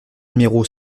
numéro